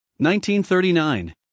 1939